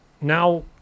now